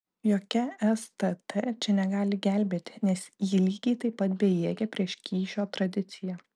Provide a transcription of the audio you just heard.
jokia stt čia negali gelbėti nes ji lygiai taip pat bejėgė prieš kyšio tradiciją